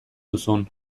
duzun